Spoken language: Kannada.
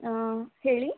ಹಾಂ ಹೇಳಿ